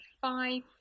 five